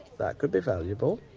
that could be valuable.